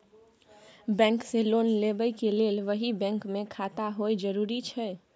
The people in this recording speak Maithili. बैंक से लोन लेबै के लेल वही बैंक मे खाता होय जरुरी छै?